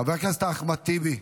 חבר הכנסת אחמד טיבי,